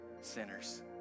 sinners